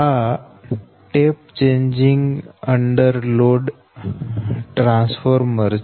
આ tap changing under load transformer છે